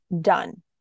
done